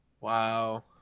Wow